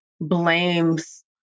blames